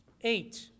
Eight